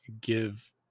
give